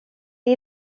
det